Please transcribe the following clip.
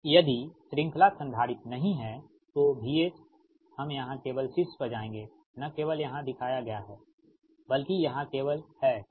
यदि श्रृंखला संधारित्र नहीं है तो VSt हम यहां केवल शीर्ष पर जाएंगे न केवल यहां दिखाया गया है बल्कि यहां केवल है ठीक